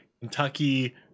Kentucky